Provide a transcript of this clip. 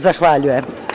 Zahvaljujem.